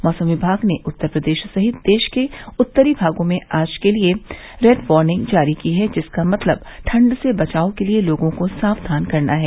मौसम विभाग ने उत्तर प्रदेश सहित देश के उत्तरी भागों में आज के लिए रेड वॉर्निंग जारी की है जिसका मतलब ठंड से बचाव के लिए लोगों को सावधान करना है